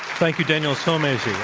thank you, daniel sulmasy.